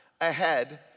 ahead